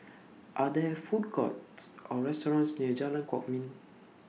Are There Food Courts Or restaurants near Jalan Kwok Min